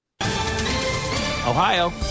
ohio